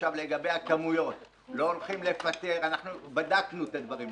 לגבי הכמויות, בדקנו את הדברים.